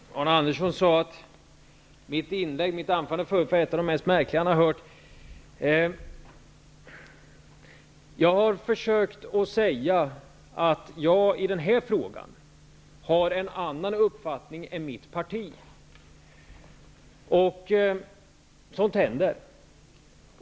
Herr talman! Arne Andersson sade att mitt tidigare inlägg var ett av de mest märkliga som han hade hört. Jag har försökt att säga att jag i den här frågan har en annan uppfattning än mitt parti -- sådant händer.